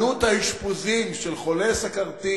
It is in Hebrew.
עלות האשפוזים של חולה סוכרתי